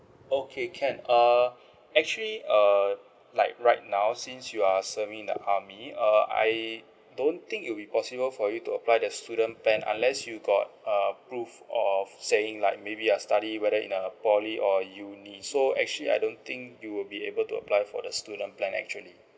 okay can err actually err like right now since you are serving in the army uh I don't think it'll be possible for you to apply the student plan unless you got a prove of saying like maybe you're study whether in a poly or uni so actually I don't think you will be able to apply for the student plan actually